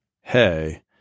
hey